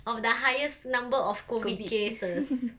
of the highest number of COVID cases